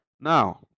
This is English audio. Now